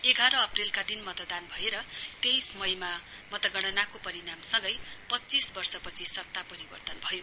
एघार अप्रेलका दिन मतदान भएर तेइस मईमा मतगणनाको परिणामसँगै पच्चीस वर्षपछि सत्ता परिवर्तन भयो